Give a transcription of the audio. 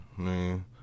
Man